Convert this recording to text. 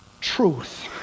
Truth